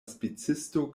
spicisto